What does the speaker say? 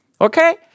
Okay